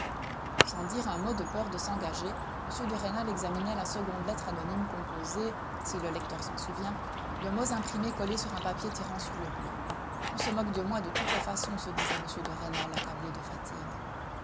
sans dire un mot de peur de s'engager m de rênal examinait la seconde lettre anonyme composée si le lecteur s'en souvient de mots imprimés collés sur un papier tirant sur le bleu on se moque de moi de toutes les façons se disait m de rênal accablé de fatigue